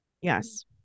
Yes